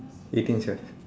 eighteen chefs